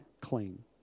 clean